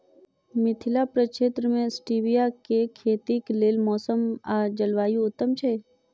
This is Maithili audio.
मिथिला प्रक्षेत्र मे स्टीबिया केँ खेतीक लेल मौसम आ जलवायु उत्तम छै?